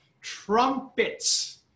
trumpets